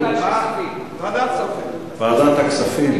ועדת הכספים.